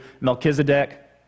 Melchizedek